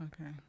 Okay